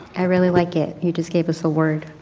i really like it. you just gave us the word